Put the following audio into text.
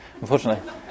Unfortunately